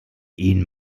ihnen